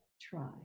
try